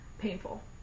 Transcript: painful